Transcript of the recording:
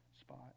spot